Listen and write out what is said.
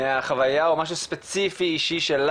מהחווייה האישית שלך או משהו ספציפי אישי שלך